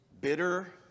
bitter